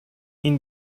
این